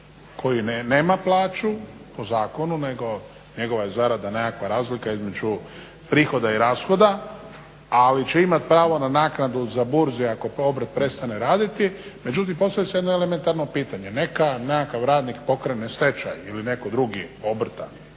koji nema plaću po zakonu nego njegova je zarada nekakva razlika između prihoda i rashoda ali će imati pravo na naknadu na Burzi ako obrt prestane raditi. Međutim, postavlja se jedno elementarno pitanje, nekakav radnik pokrene stečaj ili netko drugi obrta